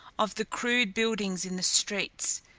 of the crude buildings in the streets,